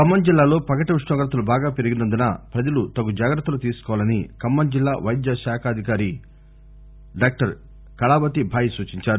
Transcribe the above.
ఖమ్మం జిల్లాలో పగటి ఉష్ణోగ్రతలు బాగా పెరిగినందున ప్రజలు తగు జాగ్రత్తలు తీసుకోవాలని ఖమ్మం జిల్లా వైద్య ఆరోగ్య శాఖ అధికారి డాక్టర్ కళావతి బాయి సూచించారు